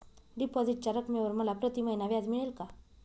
डिपॉझिटच्या रकमेवर मला प्रतिमहिना व्याज मिळेल का?